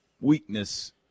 weakness